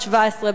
בת 17,